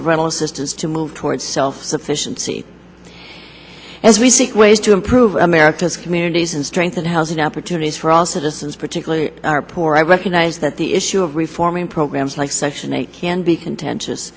of rental assistance to move toward self sufficiency as we seek ways to improve america's communities and strengthen housing opportunities for all citizens particularly our poor i recognize that the issue of reforming programs like section eight can be contentious